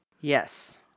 Yes